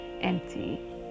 empty